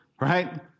right